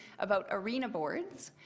about arena boards.